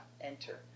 enter